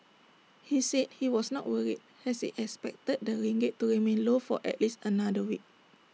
he said he was not worried as he expected the ringgit to remain low for at least another week